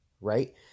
right